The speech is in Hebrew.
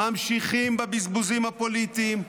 ממשיכים בבזבוזים הפוליטיים,